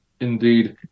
Indeed